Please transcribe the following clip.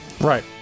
Right